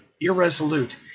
irresolute